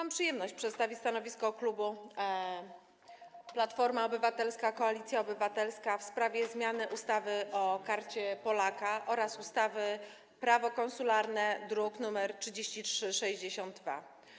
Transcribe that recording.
Mam przyjemność przedstawić stanowisko klubu Platforma Obywatelska - Koalicja Obywatelska w sprawie zmiany ustawy o Karcie Polaka oraz ustawy Prawo konsularne, druk nr 3362.